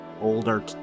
older